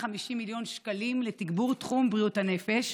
מיליון שקלים לתגבור תחום בריאות הנפש,